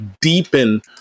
deepen